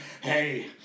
hey